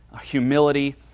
humility